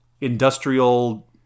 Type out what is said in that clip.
industrial